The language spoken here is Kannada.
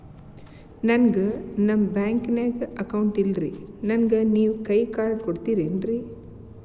ನನ್ಗ ನಮ್ ಬ್ಯಾಂಕಿನ್ಯಾಗ ಅಕೌಂಟ್ ಇಲ್ರಿ, ನನ್ಗೆ ನೇವ್ ಕೈಯ ಕಾರ್ಡ್ ಕೊಡ್ತಿರೇನ್ರಿ?